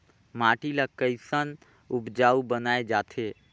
माटी ला कैसन उपजाऊ बनाय जाथे?